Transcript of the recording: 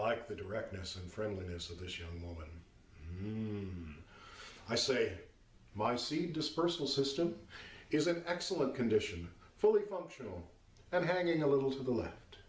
like the directness and friendliness of this young woman i say my seed dispersal system is in excellent condition fully functional and hanging a little to the left